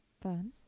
Fun